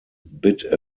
bit